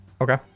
okay